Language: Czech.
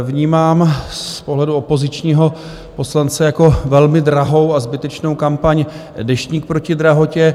Vnímám z pohledu opozičního poslance jako velmi drahou a zbytečnou kampaň Deštník proti drahotě.